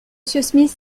smith